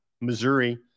Missouri